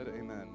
amen